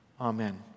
Amen